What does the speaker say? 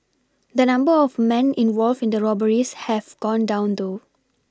the number of men involved in the robberies have gone down though